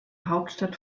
hauptstadt